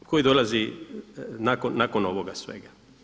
Koje dolazi nakon ovoga svega.